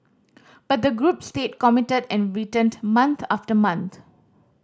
but the group stayed committed and returned month after month